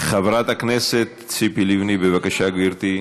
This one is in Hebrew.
חברת הכנסת ציפי לבני, בבקשה, גברתי.